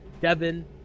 Devin